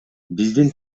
биздин